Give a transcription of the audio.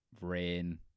rain